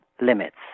limits